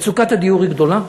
מצוקת הדיור היא גדולה,